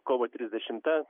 kovo trisdešimta